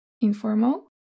Informal